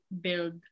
build